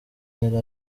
yari